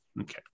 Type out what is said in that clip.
Okay